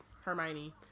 Hermione